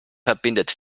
verbindet